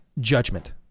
Judgment